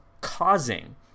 causing